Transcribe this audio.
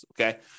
okay